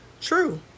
True